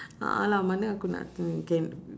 a'ah lah mana aku